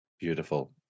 Beautiful